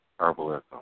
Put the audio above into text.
herbalism